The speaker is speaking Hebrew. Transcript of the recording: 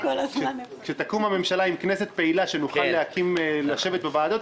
שנוכל לשבת בוועדות,